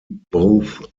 both